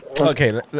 Okay